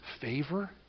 favor